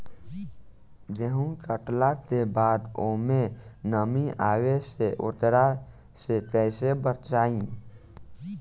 गेंहू कटला के बाद ओमे नमी आवे से ओकरा के कैसे बचाई?